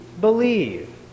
believe